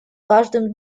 каждым